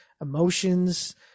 emotions